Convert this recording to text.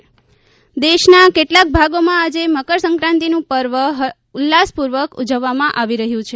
મકરસંક્રાંતિ દેશના કેટલાક ભાગોમાં આજે મકરસંક્રાંતિનું પર્વ ઉલ્લાસપૂર્વક ઉજવવામાં આવી રહ્યું છે